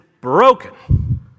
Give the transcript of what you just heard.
broken